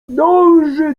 dąży